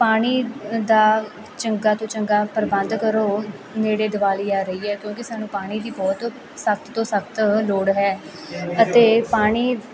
ਪਾਣੀ ਦਾ ਚੰਗਾ ਤੋਂ ਚੰਗਾ ਪ੍ਰਬੰਧ ਕਰੋ ਨੇੜੇ ਦੀਵਾਲੀ ਆ ਰਹੀ ਹੈ ਕਿਉਂਕਿ ਸਾਨੂੰ ਪਾਣੀ ਦੀ ਬਹੁਤ ਸਖ਼ਤ ਤੋਂ ਸਖ਼ਤ ਲੋੜ ਹੈ ਅਤੇ ਪਾਣੀ